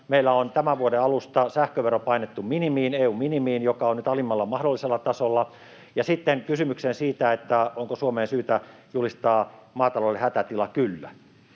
Meillä on tämän vuoden alusta sähkövero painettu EU:n minimiin, ja se on nyt alimmalla mahdollisella tasolla. Sitten kysymykseen siitä, onko Suomeen syytä julistaa maatalouden hätätila — kyllä.